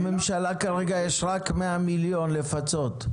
לממשלה כרגע יש רק 100 מיליון לפצות.